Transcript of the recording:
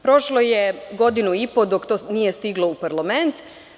Prošlo je godinu i po dok to nije stiglo u parlament.